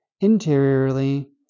interiorly